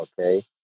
Okay